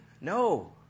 No